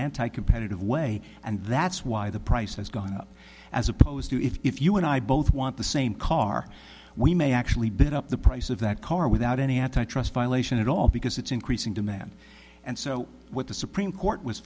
anti competitive way and that's why the price has gone up as opposed to if you and i both want the same car we may actually bit up the price of that car without any antitrust violation at all because it's increasing demand and so what the supreme court was